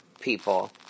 people